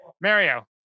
Mario